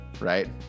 right